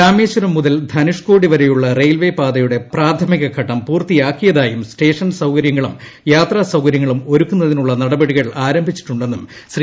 രാമേശ്വരം മുതൽ ധനുഷ് കോടി വരെയുള്ള റെയിൽവേ പാതയുടെ പ്രാഥമിക ഘട്ടം പൂർത്തിയാ ക്കിയതായും സ്റ്റേഷൻ സൌകര്യങ്ങളും യാത്രാ സൌകര്യങ്ങളും ഒരു ക്കുന്നതിനുള്ള നടപടികൾ ആരംഭിച്ചിട്ടുണ്ടെന്നും ശ്രീ